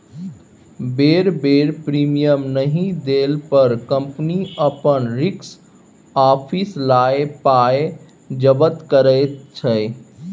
बेर बेर प्रीमियम नहि देला पर कंपनी अपन रिस्क आपिस लए पाइ जब्त करैत छै